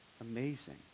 amazing